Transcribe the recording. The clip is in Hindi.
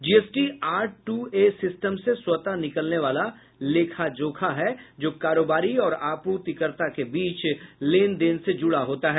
GST R two A system से स्वतः निकलने वाला लेखा जोखा है जो कारोबारी और आपूर्तिकर्ता के बीच लेन देन से जुड़ा होता है